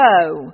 go